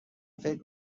فکر